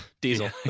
diesel